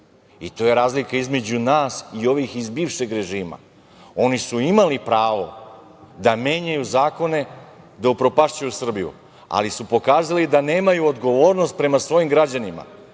To je razlika između nas i ovih iz bivšeg režima. Oni su imali pravo da menjaju zakone, da upropašćuju Srbiju, ali su pokazali da nemaju odgovornost prema svojim građanima,